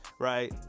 right